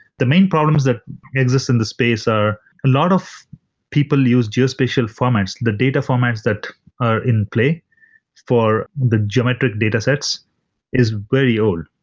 the main problems that exist in the space are a lot of people use geospatial formats. the data formats that are in play for the geometric data sets is very old.